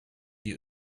die